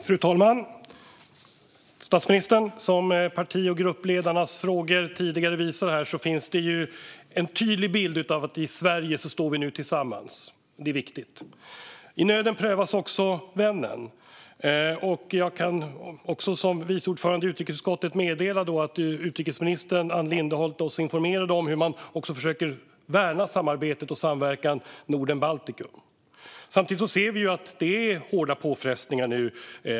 Fru talman! Som parti och gruppledarnas frågor här visar finns det en tydlig bild av att vi i Sverige nu står tillsammans. Det är viktigt. I nöden prövas också vännen. Jag kan som vice ordförande i utrikesutskottet meddela att utrikesminister Ann Linde har hållit oss informerade om hur man försöker värna samarbetet och samverkan mellan Norden och Baltikum. Samtidigt ser vi nu hårda påfrestningar.